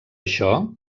això